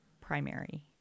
primary